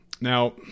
Now